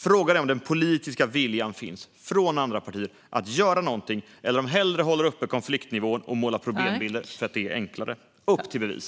Frågan är om den politiska viljan från andra partier finns att göra något, eller om de hellre håller uppe konfliktnivåer och målar problembilder för att det är enklare. Upp till bevis!